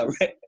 right